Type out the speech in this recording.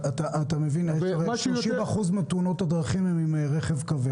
אתה מבין ש-30% מתאונות הדרכים הן עם רכב כבד.